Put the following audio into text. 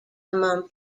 among